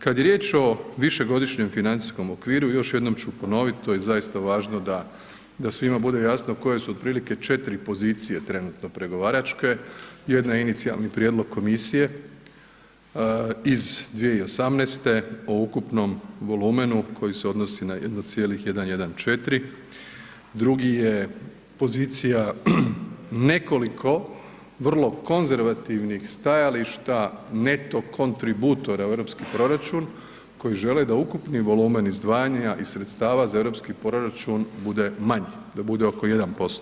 Kada je riječ o višegodišnjem financijskom okviru još jednom ću ponoviti to je zaista važno da svima bude jasno koje su otprilike četiri pozicije trenutno pregovaračke, jedna je inicijalni prijedlog Komisije iz 2018. o ukupnom volumenu koje se odnosi na 1,114, drugi je pozicija nekoliko vrlo konzervativnih stajališta netokontributora u europski proračun koji žele da ukupni volumen izdvajanja iz sredstava za europski proračun da bude manji da bude oko 1%